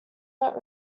not